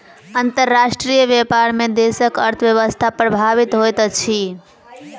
अंतर्राष्ट्रीय व्यापार में देशक अर्थव्यवस्था प्रभावित होइत अछि